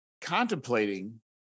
contemplating